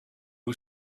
who